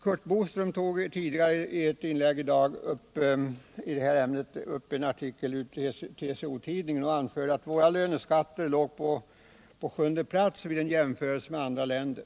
Curt Boström tog tidigare i ett inlägg i detta ämne upp en artikel ur TCO-Tidningen och anförde att våra löneskatter låg på sjunde plats vid en jämförelse med andra länder.